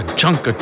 chunk